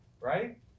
right